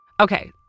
Okay